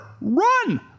Run